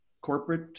corporate